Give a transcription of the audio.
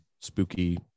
spooky